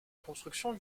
construction